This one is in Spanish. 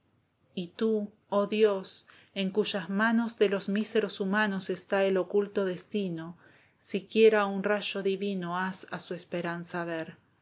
y tú oh dios en cuyas manos de los míseros humanos está el oculto destino siquiera un rayo divino haz a su esperanza ver